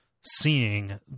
seeing